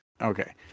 Okay